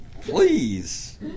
please